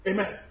Amen